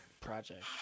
project